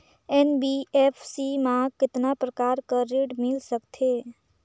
NBFC मा कतना प्रकार कर ऋण मिल सकथे?